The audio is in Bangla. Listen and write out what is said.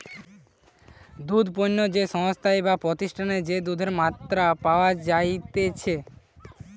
দুধ পণ্য যে সংস্থায় বা প্রতিষ্ঠানে যে দুধের মাত্রা পাওয়া যাইতেছে